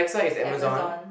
Amazon